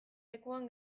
lekuan